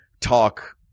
talk